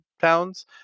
pounds